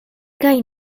kaj